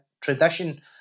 tradition